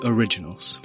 Originals